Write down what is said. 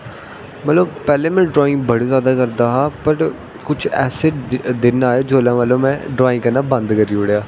पैह्लें में ड्राईंग बड़ा जादा करदा हा बट कुछ ऐसे दिन आए जिसलै मतलव कि में ड्र्ईंग करनां बंद करी ओड़ी